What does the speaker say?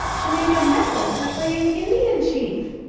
to make a necklace for playing indian chief,